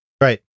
Right